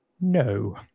No